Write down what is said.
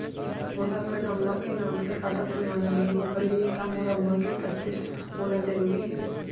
मोला अपन अम्मा के नाम से खाता खोलवाना हे ओखर लिए का मोर अम्मा के उपस्थित होना जरूरी हे?